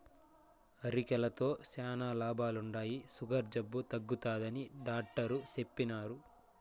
అరికెలతో శానా లాభాలుండాయి, సుగర్ జబ్బు తగ్గుతాదని డాట్టరు చెప్పిన్నారు